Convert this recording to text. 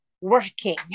working